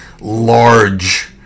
large